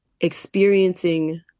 experiencing